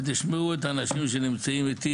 אתם תשמעו את האנשים שנמצאים איתי,